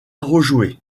rejouer